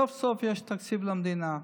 סוף-סוף יש תקציב למדינה,